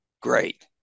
Great